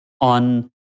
on